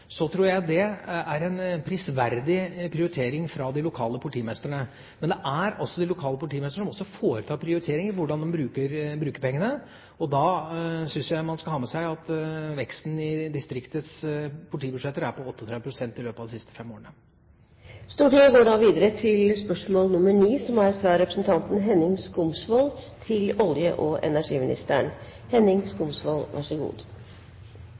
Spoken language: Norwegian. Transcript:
tror jeg det er en prisverdig prioritering av de lokale politimestrene. Men det er altså de lokale politimestrene som foretar prioriteringer av hvordan de skal bruke pengene, og da syns jeg man skal ha med seg at veksten i distriktets politibudsjett er på 38 pst. i løpet av de siste fem årene. Mitt spørsmål går til olje- og energiministeren: «Kostnadene ved tvungent skifte av dagens strømmålere som viser avvik, kort tid før regelverket for utrulling av Avanserte Måle- og